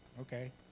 Okay